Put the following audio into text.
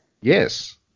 Yes